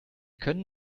können